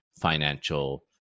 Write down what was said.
financial